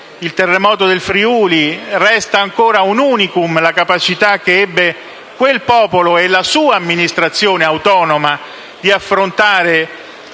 il terremoto del Friuli. Resta ancora un *unicum* la capacità che ebbero quel popolo e la sua amministrazione autonoma di affrontare,